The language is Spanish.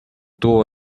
tubo